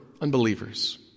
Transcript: unbelievers